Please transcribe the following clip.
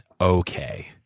okay